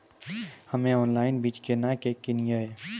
हम्मे ऑनलाइन बीज केना के किनयैय?